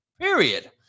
period